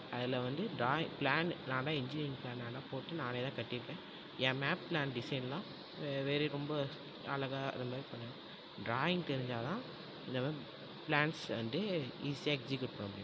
அதில் வந்து drawing plan நான் தான் இன்ஜினியரிங் ப்ளான் நான் தான் போட்டு நானே தான் கட்டியிருக்கேன் என் மேப் ப்ளான் டிசைனெலாம் வெரி ரொம்ப அழகா இது மாரி பண்ணுவேன் ட்ராயிங் தெரிஞ்சால் தான் இந்த மாதிரி ப்ளான்ஸை வந்து ஈஸியாக எக்ஸிக்யூட் பண்ண முடியும்